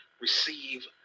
receive